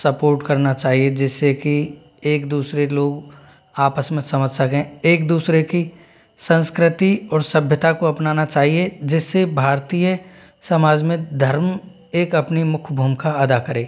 support करना चाहिए जिससे कि एक दूसरे लोग आपस में समझ सकें एक दूसरे की संस्कृति और सभ्यता को अपनाना चाहिये जिससे भारतीय समाज में धर्म एक अपनी मुख्य भूमिका अदा करें